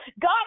God